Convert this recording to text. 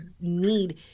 need